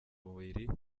mubiri